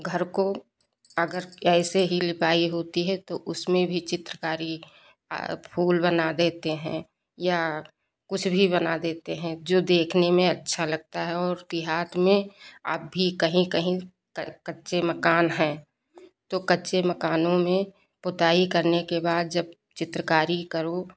घर को अगर आगर ऐसे से लिपाई होती है तो उसमें भी चित्रकारी फूल बना देते हैं या कुछ भी बना देते हैं जो देखने में अच्छा लगता है और देहात में अब भी कहीं कहीं कच्चे मकान हैं तो कच्चे मकानों में पुताई करने के बाद जब चित्रकारी करो